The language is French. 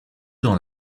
dans